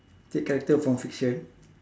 take character from fiction